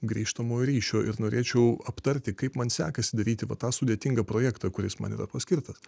grįžtamojo ryšio ir norėčiau aptarti kaip man sekasi daryti va tą sudėtingą projektą kuris man yra paskirtas